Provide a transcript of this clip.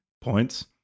points